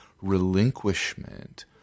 relinquishment